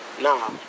Nah